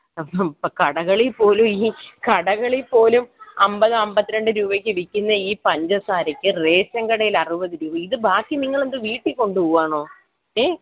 ഇപ്പോൾ കടകളിൽ പോലും ഈ കടകളിൽ പോലും അമ്പത് അമ്പത്തിരണ്ട് രൂപയ്ക്ക് വിൽക്കുന്ന ഈ പഞ്ചസാരക്ക് റേഷൻ കടയിൽ അറുപത് രൂപ ഇത് ബാക്കി നിങ്ങൾ എന്ത് വീട്ടിൽ കൊണ്ടുപോവുകയാണോ ഏ